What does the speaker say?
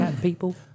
people